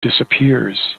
disappears